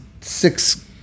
six